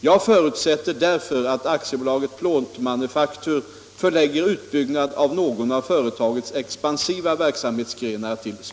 Jag förutsätter därför att AB Plåtmanufaktur förlägger utbyggnad av någon av företagets expansiva verksamhetsgrenar till Surte.